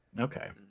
Okay